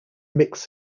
mixed